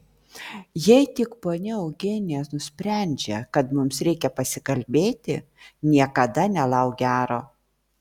jei tik ponia eugenija nusprendžia kad mums reikia pasikalbėti niekada nelauk gero